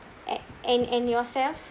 a~ and and yourself